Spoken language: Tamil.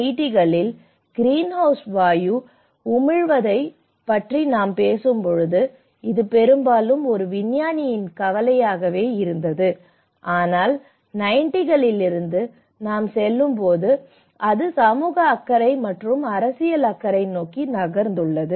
1980 களில் கிரீன்ஹவுஸ் வாயு உமிழ்வைப் பற்றி நாம் பேசும்போது இது பெரும்பாலும் ஒரு விஞ்ஞானியின் கவலையாகவே இருந்தது ஆனால் 90 களில் இருந்து நாம் செல்லும்போது அது சமூக அக்கறை மற்றும் அரசியல் அக்கறை நோக்கி நகர்ந்துள்ளது